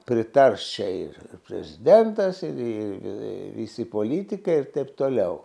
pritars čia ir prezidentas ir ir ir visi politikai ir taip toliau